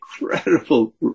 incredible